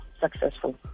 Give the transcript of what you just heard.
successful